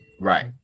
Right